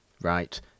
right